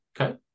okay